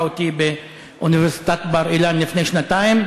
אותי באוניברסיטת בר-אילן לפני שנתיים,